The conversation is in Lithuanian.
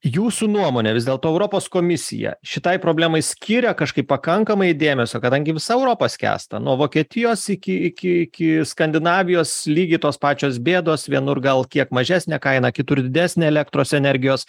jūsų nuomone vis dėlto europos komisija šitai problemai skiria kažkaip pakankamai dėmesio kadangi visa europa skęsta nuo vokietijos iki iki iki skandinavijos lygiai tos pačios bėdos vienur gal kiek mažesnė kaina kitur didesnė elektros energijos